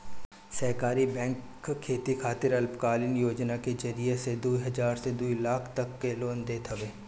सहकारी बैंक खेती खातिर अल्पकालीन योजना के जरिया से दू हजार से दू लाख तक के लोन देत हवे